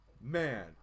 Man